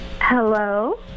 Hello